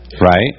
right